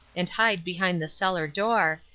and hide behind the cellar door,